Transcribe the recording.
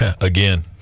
again